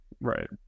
Right